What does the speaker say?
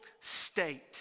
state